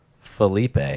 felipe